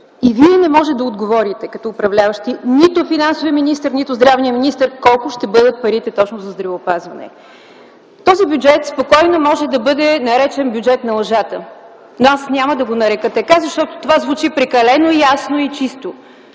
Вие не можете да отговорите като управляващи – нито финансовият министър, нито здравният министър – колко ще бъдат парите точно за здравеопазване. Този бюджет спокойно може да бъде наречен – бюджет на лъжата. Но, аз няма да го нарека така, защото това звучи прекалено ясно и чисто.